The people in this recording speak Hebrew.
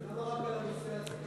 אז למה רק על הנושא הזה?